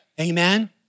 Amen